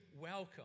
welcome